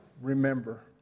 remember